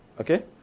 okay